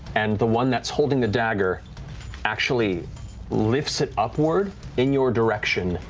and the one that's holding the dagger actually lifts it upward in your direction,